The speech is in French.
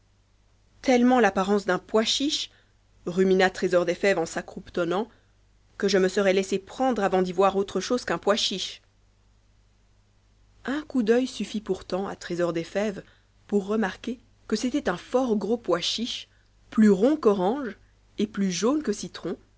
tellement l'apparence d'un pois chiche rumina trésor des fèves en s'accroupetonnant que je me serais laissé pendre avant d'y voir autre chose qu'un pois chiche un coup d'œil suffit pourtant à trésor des fèves pour remarquer que c'était un fort gros pois chiche plus rond qu'orange et plus jaune que citron